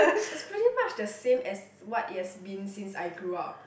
it's pretty much the same as what it has been since I grew up